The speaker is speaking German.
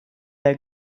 der